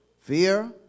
Fear